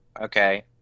Okay